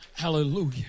Hallelujah